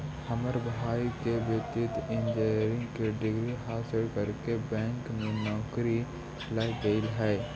हमर एगो भाई के वित्तीय इंजीनियरिंग के डिग्री हासिल करके बैंक में नौकरी लग गेले हइ